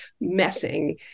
messing